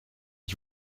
ich